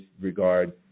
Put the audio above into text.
regard